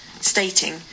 stating